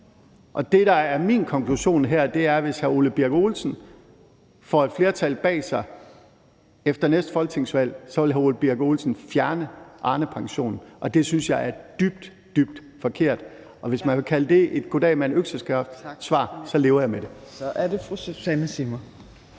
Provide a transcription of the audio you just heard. min konklusion her, er, at hvis hr. Ole Birk Olesen får et flertal bag sig efter næste folketingsvalg, så vil hr. Ole Birk Olesen fjerne Arnepension. Det synes jeg er dybt, dybt forkert, og hvis man vil kalde det et goddag mand økseskaft-svar, så lever jeg med det.